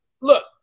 Look